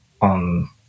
on